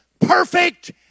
perfect